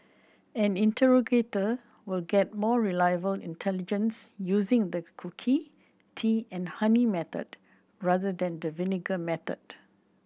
an interrogator will get more reliable intelligence using the cookie tea and honey method rather than the vinegar method